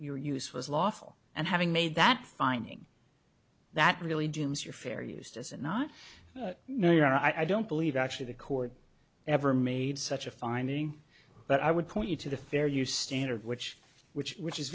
your use was lawful and having made that finding that really dooms your fair use does it not now you are i don't believe actually the court ever made such a finding but i would point you to the fair use standard which which which is